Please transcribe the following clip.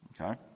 okay